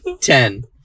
Ten